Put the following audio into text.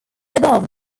above